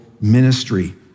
ministry